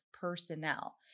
personnel